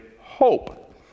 hope